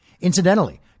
Incidentally